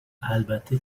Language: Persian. البته